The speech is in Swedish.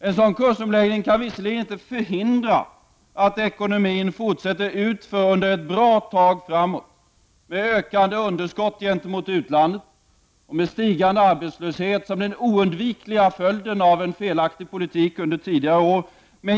En sådan kursomläggning kan visserligen inte förhindra att ekonomin fortsätter att gå utför under ett bra tag framöver med ökande underskott gentemot utlandet och med stigande arbetslöshet som den oundvikliga följden av en felaktig politik under tidigare år.